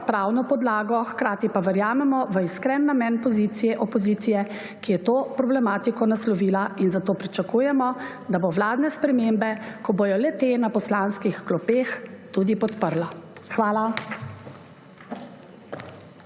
pravno podlago. Hkrati pa verjamemo v iskren namen opozicije, ki je to problematiko naslovila. Zato pričakujemo, da bo vladne spremembe, ko bodo le-te na poslanskih klopeh, tudi podprla. Hvala.